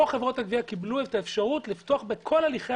פה חברות הגבייה קיבלו את האפשרות לפתוח את כל הליכי